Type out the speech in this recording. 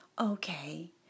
Okay